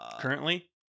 Currently